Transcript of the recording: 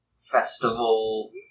Festival